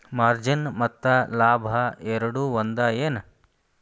margin ಮತ್ತ ಲಾಭ ಎರಡೂ ಒಂದ ಏನ್